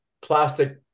plastic